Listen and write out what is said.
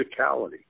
physicality